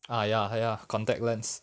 ah ya ya contact lens